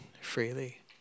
freely